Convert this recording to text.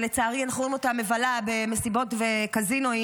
ולצערי אנחנו רואים אותה מבלה במסיבות וקזינואים,